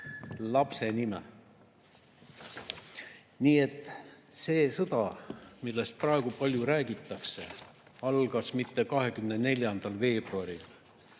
lapse nimed. Nii et see sõda, millest praegu palju räägitakse, ei alanud mitte 24. veebruaril,